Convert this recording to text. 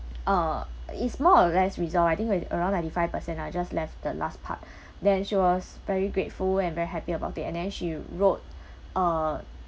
uh it's more or less resolved I think it around ninety five percent ah just left the last part then she was very grateful and very happy about it and then she wrote uh